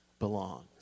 belongs